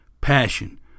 Passion